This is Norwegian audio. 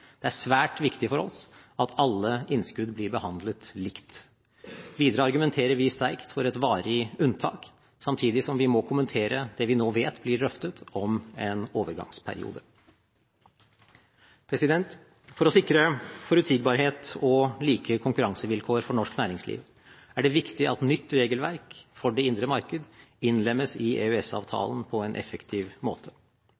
Det er svært viktig for oss at alle innskudd blir behandlet likt. Videre argumenterer vi sterkt for et varig unntak, samtidig som vi må kommentere det vi nå vet blir drøftet om en overgangsperiode. For å sikre forutsigbarhet og like konkurransevilkår for norsk næringsliv er det viktig at nytt regelverk for det indre marked innlemmes i